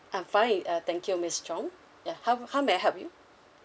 I'm fine uh thank you miss chong yeah how how may I help you